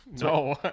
No